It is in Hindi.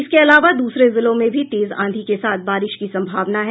इसके अलावा दूसरे जिलों में भी तेज आंधी के साथ बारिश की संभावना है